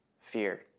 fear